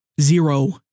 Zero